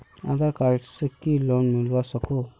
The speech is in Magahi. आधार कार्ड से की लोन मिलवा सकोहो?